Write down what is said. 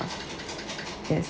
yes